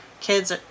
kids